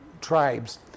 tribes